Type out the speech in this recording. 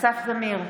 אסף זמיר,